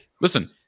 listen